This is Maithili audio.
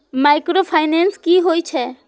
माइक्रो फाइनेंस कि होई छै?